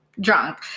drunk